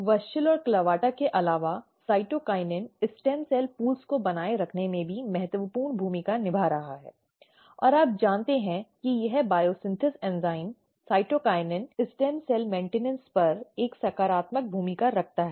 WUSCHEL और CLAVATA के अलावा साइटोकिनिन स्टेम सेल पूल को बनाए रखने में भी महत्वपूर्ण भूमिका निभा रहा है और आप जानते हैं कि यह biosynthesis enzyme cytokinin stem cell के रखरखाव पर एक सकारात्मक भूमिका रखता है